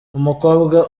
umukobwa